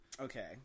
Okay